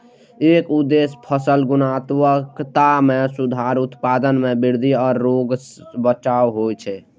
एकर उद्देश्य फसलक गुणवत्ता मे सुधार, उत्पादन मे वृद्धि आ रोग सं बचाव होइ छै